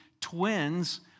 twins